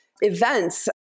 events